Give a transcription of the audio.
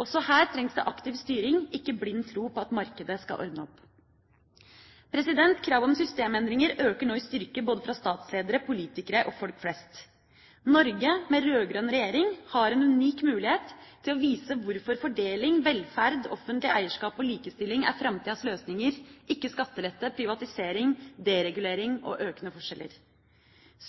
Også her trengs det aktiv styring, ikke blind tro på at markedet skal ordne opp. Kravet om systemendringer øker nå i styrke både fra statsledere, politikere og folk flest. Norge, med rød-grønn regjering, har en unik mulighet til å vise hvorfor fordeling, velferd, offentlig eierskap og likestilling er framtidas løsninger, ikke skattelette, privatisering, deregulering og økende forskjeller.